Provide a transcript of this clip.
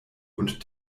und